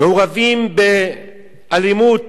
מעורבים באלימות?